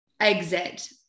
exit